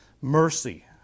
Mercy